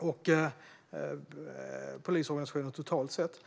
liksom polisorganisationen totalt sett.